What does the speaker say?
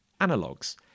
analogues